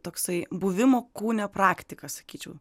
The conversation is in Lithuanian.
toksai buvimo kūne praktika sakyčiau